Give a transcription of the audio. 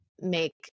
make